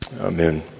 Amen